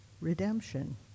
redemption